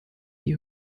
die